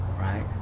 right